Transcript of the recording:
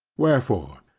wherefore,